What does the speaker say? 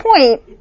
point